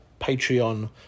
Patreon